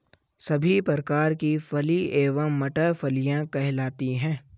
सभी प्रकार की फली एवं मटर फलियां कहलाती हैं